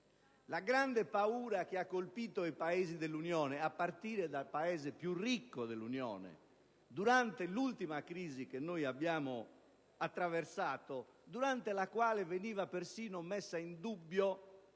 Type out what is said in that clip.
La grande paura che ha colpito i Paesi dell'Unione, a partire da quello più ricco, durante l'ultima crisi che abbiamo attraversato (quando veniva persino messa in dubbio